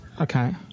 Okay